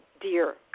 dear